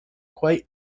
quite